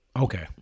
okay